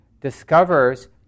discovers